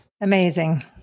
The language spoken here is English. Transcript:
Amazing